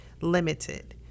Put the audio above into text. limited